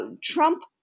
Trump